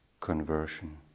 conversion